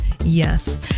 Yes